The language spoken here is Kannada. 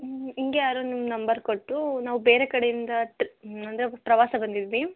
ಹೀಗೆ ಯಾರೋ ನಿಮ್ಮ ನಂಬರ್ ಕೊಟ್ಟರು ನಾವು ಬೇರೆ ಕಡೆಯಿಂದ ಟ್ರಿ ಅಂದರೆ ಪ್ರವಾಸ ಬಂದಿದ್ವಿ